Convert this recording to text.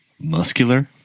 muscular